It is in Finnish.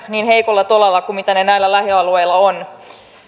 niin heikolla tolalla kuin millä ne näillä lähialueilla